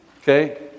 Okay